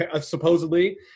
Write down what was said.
supposedly